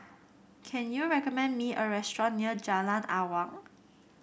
can you recommend me a restaurant near Jalan Awang